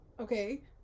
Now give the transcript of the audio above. Okay